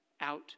Out